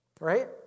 Right